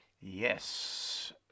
Yes